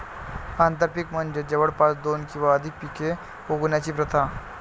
आंतरपीक म्हणजे जवळपास दोन किंवा अधिक पिके उगवण्याची प्रथा